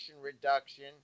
reduction